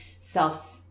self